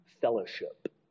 fellowship